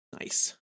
nice